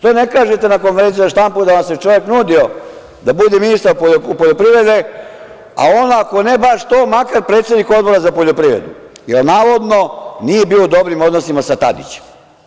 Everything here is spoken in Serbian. Zašto ne kažete na konferenciji za štampu da vam se čovek nudio da bude ministar poljoprivrede, a ako ne baš to, makar predsednik Odbora za poljoprivredu, jer navodno nije bio u dobrim odnosima sa Tadićem.